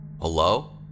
Hello